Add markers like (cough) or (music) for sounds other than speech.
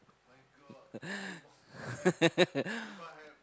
(laughs)